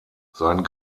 sein